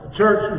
church